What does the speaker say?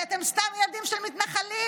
כי אתם סתם ילדים של מתנחלים.